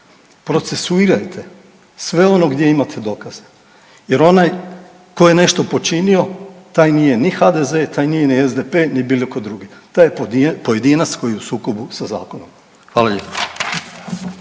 procesuirajte sve ono gdje imate dokaze jer onaj tko je nešto počinio taj nije ni HDZ, taj nije ni SDP ni bilo koji drugi, taj je pojedinac koji je u sukobu sa zakonom. Hvala